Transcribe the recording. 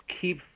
keep